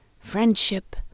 friendship